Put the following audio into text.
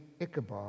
Ichabod